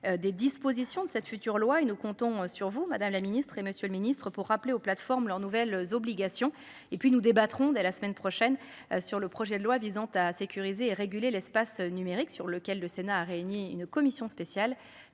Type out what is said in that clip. des dispositions de cette future loi et nous comptons sur vous Madame la Ministre et Monsieur le Ministre pour rappeler aux plateformes leurs nouvelles obligations et puis nous débattrons dès la semaine prochaine sur le projet de loi visant à sécuriser et réguler l'espace numérique sur lequel le Sénat a réuni une commission spéciale